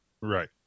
right